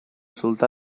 sultà